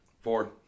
Four